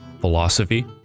philosophy